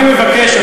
אני מבקש,